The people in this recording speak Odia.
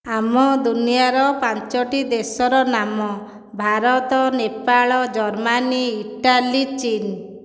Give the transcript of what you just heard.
ଆମ ଦୁନିଆଁର ପାଞ୍ଚୋଟି ଦେଶର ନାମ ଭାରତ ନେପାଳ ଜର୍ମାନୀ ଇଟାଲୀ ଚିନ୍